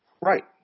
Right